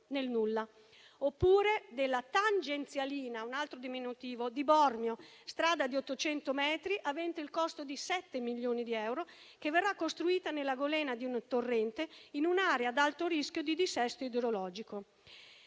nel nulla. Oppure è il caso della tangenzialina di Bormio (un altro diminutivo): strada di 800 metri avente il costo di 7 milioni di euro, che verrà costruita nella golena di un torrente, in un'area ad alto rischio di dissesto idrologico.